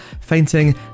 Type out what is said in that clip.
fainting